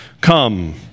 Come